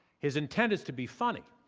his intent is to be funny.